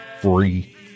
free